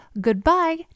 goodbye